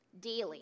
Daily